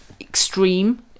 extreme